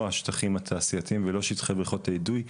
השטחים התעשייתיים ולא שטחי בריכות אידוי,